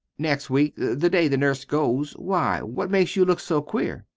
next week. the day the nurse goes. why? what makes you look so queer?